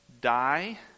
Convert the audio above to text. die